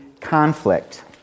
conflict